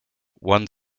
one